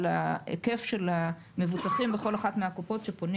על ההיקף של המבוטחים בכל אחת מהקופות שפונים